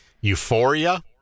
Euphoria